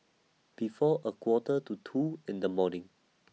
before A Quarter to two in The morning